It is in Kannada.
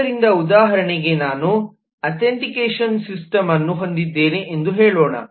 ಆದ್ದರಿಂದ ಉದಾಹರಣೆಯಾಗಿ ನಾನು ಅಥೆಂಟಿಕೇಷನ್ ಸಿಸ್ಟಮ್ ನ್ನು ಹೊಂದಿದ್ದೇನೆ ಎಂದು ಹೇಳೋಣ